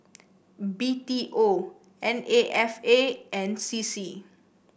B T O N A F A and C C